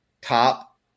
top